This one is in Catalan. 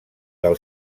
del